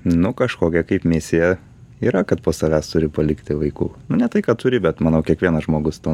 nu kažkokia kaip misija yra kad po savęs turi palikti vaikų ne tai ką turi bet manau kiekvienas žmogus to